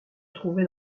trouvait